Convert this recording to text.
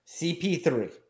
CP3